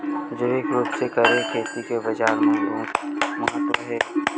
जैविक रूप से करे खेती के बाजार मा बहुत महत्ता हे